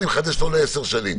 אני מחדש לו ל-10 שנים.